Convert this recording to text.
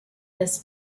this